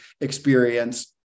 experience